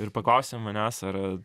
ir paklausė manęs ar